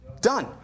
Done